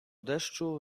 deszczu